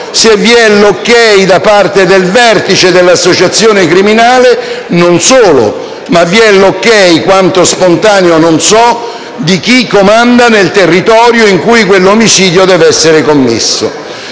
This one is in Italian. solo l'ok da parte del vertice dell'associazione criminale, ma anche l'ok, quanto spontaneo non so, di chi comanda nel territorio in cui quell'omicidio deve essere commesso.